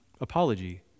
apology